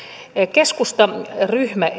keskustan ryhmä